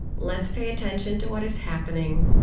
let's pay attention to what is happening.